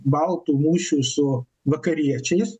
baltų mūšių su vakariečiais